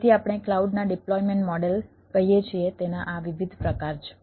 તેથી આપણે ક્લાઉડના ડિપ્લોયમેન્ટ મોડેલ કહીએ છીએ તેના આ વિવિધ પ્રકાર છે